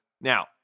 now